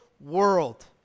world